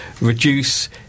reduce